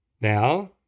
Now